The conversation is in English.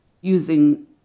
using